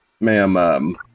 ma'am